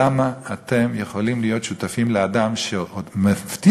למה אתם יכולים להיות שותפים לאדם שמבטיח